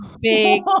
big